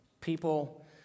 People